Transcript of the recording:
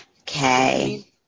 Okay